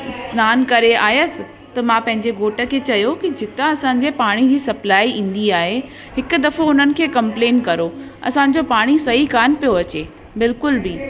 सनानु करे आयसि त मां पंहिंजे घोट खे चयो कि जितां असांजे पाणी जी सप्लाए ईंदी आहे हिकु दफ़ो उन्हनि खे कंप्लेन करो असांजो पाणी सही कान पियो अचे बिल्कुलु बि